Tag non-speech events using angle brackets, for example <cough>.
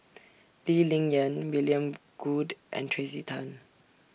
<noise> Lee Ling Yen William Goode and Tracey Tan